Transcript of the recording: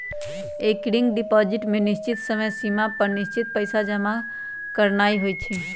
recurring deposit में निश्चित समय सिमा पर निश्चित पइसा जमा करानाइ होइ छइ